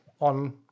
on